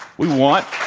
we want